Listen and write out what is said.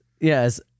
Yes